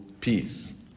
peace